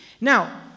Now